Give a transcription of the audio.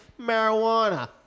marijuana